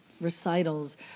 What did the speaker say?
recitals